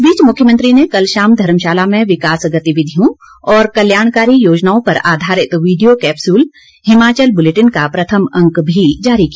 इस बीच मुख्यमंत्री ने कल शाम धर्मशाला में विकास गतिविधियों और कल्याणकारी योजनाओं पर आधारित वीडियो कैप्सूल हिमाचल बुलेटिन का प्रथम अंक भी जारी किया